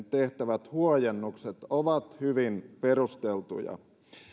tehtävät huojennukset ovat hyvin perusteltuja